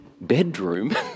bedroom